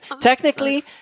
technically